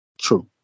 True